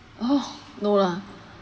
oh no lah